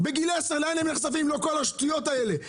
בגיל 10 הם נחשפים לכל השטויות האלה.